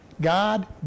God